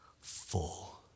full